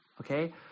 Okay